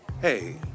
Hey